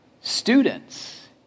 students